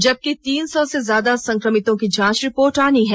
जबकि तीन सौ से ज्यादा संक्रमितों की जांच रिपोर्ट आनी है